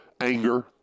anger